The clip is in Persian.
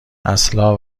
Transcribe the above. اصلا